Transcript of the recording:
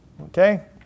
Okay